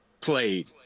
played